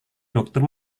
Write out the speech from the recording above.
dokter